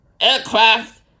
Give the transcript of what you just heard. aircraft